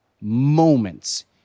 moments